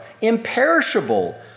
imperishable